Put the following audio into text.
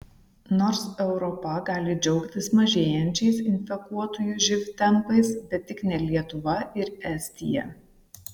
nors europa gali džiaugtis mažėjančiais infekuotųjų živ tempais bet tik ne lietuva ir estija